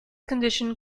condition